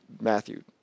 Matthew